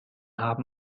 haben